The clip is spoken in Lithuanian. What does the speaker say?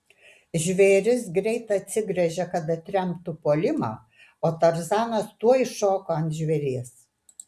žvėris greit atsigręžė kad atremtų puolimą o tarzanas tuoj šoko ant žvėries